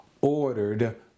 ordered